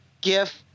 Gift